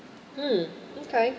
mm okay